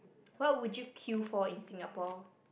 what would you queue for in Singapore